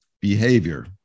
behavior